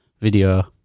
video